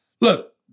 Look